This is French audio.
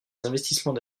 investissements